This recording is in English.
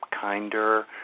kinder